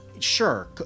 Sure